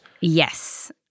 Yes